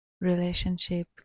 relationship